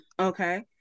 Okay